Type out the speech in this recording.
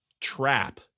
trap